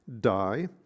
die